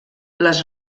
les